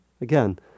Again